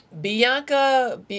Bianca